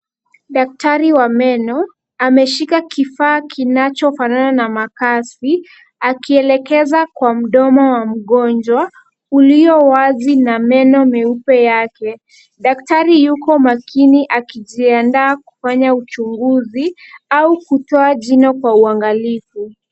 Daktari wa meno ameshika kifaa kinachofanana na makasi, akielekeza kwa mdomo wa mgonjwa ulio wazi na meno meupe yake. Daktari yuko makini akijiandaa kufanya uchunguzi au kutoa jino kwa uangalifu.